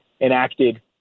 enacted